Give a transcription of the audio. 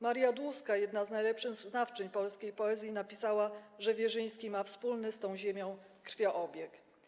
Maria Dłuska, jedna z najlepszych znawczyń polskiej poezji, napisała, że Wierzyński ma wspólny z tą ziemią krwiobieg.